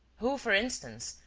who, for instance,